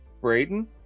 Braden